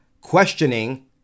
questioning